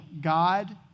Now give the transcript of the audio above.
God